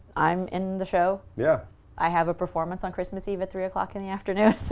i'm in the show. yeah i have a performance on christmas eve at three o'clock in the afternoon,